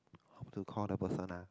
how to call the person ah